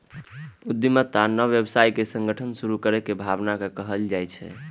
उद्यमिता नव व्यावसायिक संगठन शुरू करै के भावना कें कहल जाइ छै